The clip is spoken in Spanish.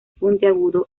puntiagudo